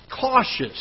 cautious